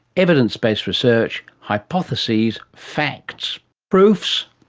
evidence-based research, hypotheses, facts, proofs?